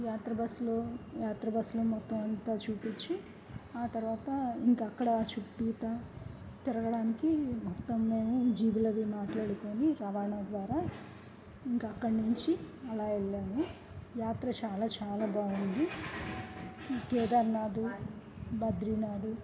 యాత్ర బస్లో యాత్ర బస్లో మొత్తం అంతా చూపించి ఆ తర్వాత ఇంక అక్కడ చుట్టుత తిరగడానికి మొత్తం మేము జీపులు అవి మాట్లాడుకని రవాణా ద్వారా ఇంకా అక్కడి నుంచి అలా వెళ్ళాము యాత్ర చాలా చాలా బాగుంది కేదార్నాథ్ బద్రీనాథ్